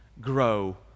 grow